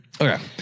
Okay